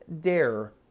dare